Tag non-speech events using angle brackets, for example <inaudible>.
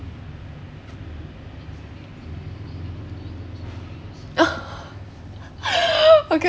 <laughs> okay